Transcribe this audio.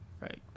right